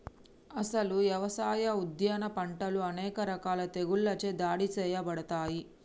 అసలు యవసాయ, ఉద్యాన పంటలు అనేక రకాల తెగుళ్ళచే దాడి సేయబడతాయి